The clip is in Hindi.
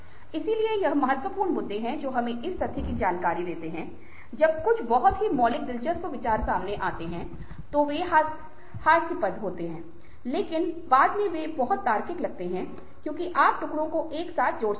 इसलिए ये महत्वपूर्ण मुद्दे हैं जो हमें इस तथ्य की जानकारी देते हैं कि जब कुछ बहुत ही मौलिक दिलचस्प विचार सामने आते हैं तो वे हास्यास्पद लगते हैं लेकिन बाद में वे बहुत तार्किक लगते हैं क्योंकि आप टुकड़ों को एक साथ जोड़ सकते हैं